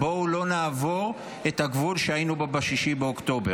בואו לא נעבור את הגבול שהיינו בו ב-6 באוקטובר.